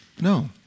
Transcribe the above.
No